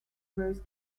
rose